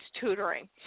tutoring